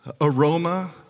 aroma